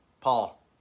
Paul